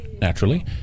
naturally